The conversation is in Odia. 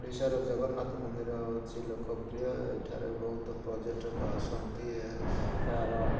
ଓଡ଼ିଶାର ଜଗନ୍ନାଥ ମନ୍ଦିର ହେଉଛି ଲୋକପ୍ରିୟ ଏଠାରେ ବହୁତ ପର୍ଯ୍ୟଟକ ଆସନ୍ତି ଏହା ଏହାର